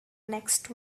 next